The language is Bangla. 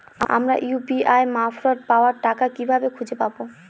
আমার ইউ.পি.আই মারফত পাওয়া টাকা কিভাবে খুঁজে পাব?